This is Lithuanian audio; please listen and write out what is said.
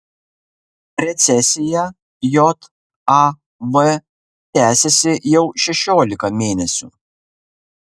recesija jav tęsiasi jau šešiolika mėnesių